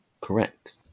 correct